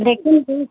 लेकिन